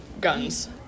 guns